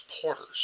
supporters